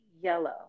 yellow